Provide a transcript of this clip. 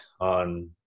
on